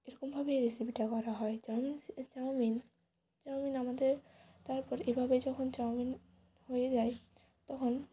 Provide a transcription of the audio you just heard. এরকমভাবে এই রেসিপিটা করা হয় চাউমিন চাউমিন চাউমিন আমাদের তারপর এভাবে যখন চাউমিন হয়ে যায় তখন